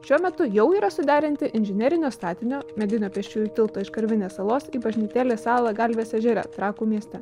šiuo metu jau yra suderinti inžinerinio statinio medinio pėsčiųjų tilto iš karvinės salos į bažnytėlės salą galvės ežere trakų mieste